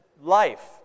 life